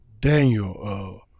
Daniel